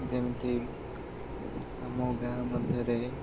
ଯେମିତି ଆମ ଗାଁ ମଧ୍ୟରେ